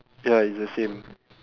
ya its the same